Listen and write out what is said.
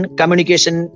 communication